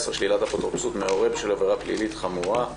19) (שלילת אפוטרופסות מהורה בשל עבירה פלילית חמורה),